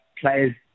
players